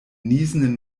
niesenden